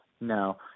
No